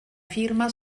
firma